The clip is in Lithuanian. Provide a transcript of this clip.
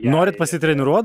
norit pasitreniruot